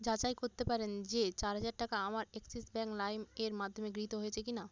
যাচাই করতে পারেন যে চার হাজার টাকা আমার অ্যাক্সিস ব্যাঙ্ক লাইম এর মাধ্যমে গৃহীত হয়েছে কি না